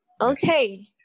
Okay